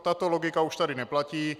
Tato logika už tady neplatí.